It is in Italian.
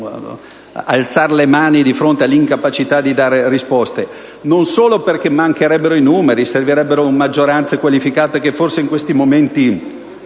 l'alzare le mani di fronte all'incapacità di dare risposte; non solo perché mancherebbero i numeri e servirebbero maggioranze qualificate che forse in questi momenti